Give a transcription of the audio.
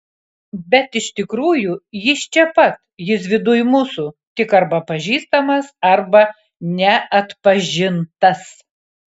bet iš tikrųjų jis čia pat jis viduj mūsų tik arba pažįstamas arba neatpažintas